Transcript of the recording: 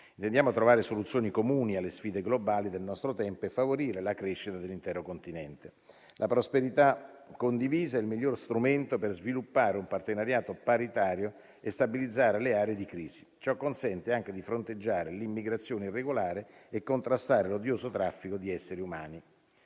Intendiamo trovare soluzioni comuni alle sfide globali del nostro tempo e favorire la crescita dell'intero Continente. La prosperità condivisa è il miglior strumento per sviluppare un partenariato paritario e stabilizzare le aree di crisi. Ciò consente anche di fronteggiare l'immigrazione irregolare e contrastare l'odioso traffico di esseri umani.